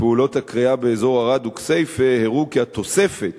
מפעולות הכרייה באזור ערד וכסייפה הראו כי התוספת